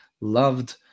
loved